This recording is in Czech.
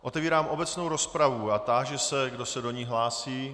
Otevírám obecnou rozpravu a táži se, kdo se do ní hlásí.